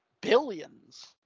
billions